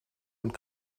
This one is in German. und